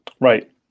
Right